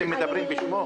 אתם מדברים בשמו?